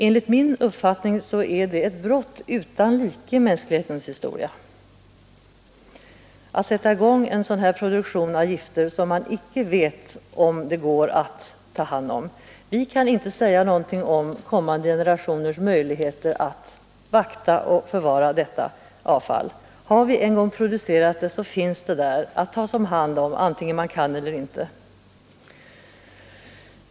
Enligt min uppfattning är det ett brott utan like i mänsklighetens historia att sätta i gång en sådan här produktion av gifter, som man icke vet om det går att ta hand om. Vi kan inte säga någonting om kommande generationers möjligheter att vakta och förvara detta avfall. Har vi en gång producerat det, så finns det där att tas hand om, antingen man kan eller inte.